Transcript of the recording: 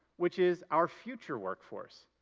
which is our future workforce.